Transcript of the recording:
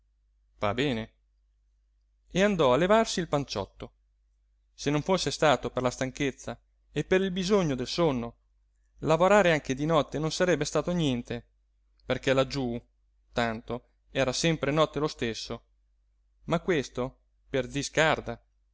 bene e andò a levarsi il panciotto se non fosse stato per la stanchezza e per il bisogno del sonno lavorare anche di notte non sarebbe stato niente perché laggiú tanto era sempre notte lo stesso ma questo per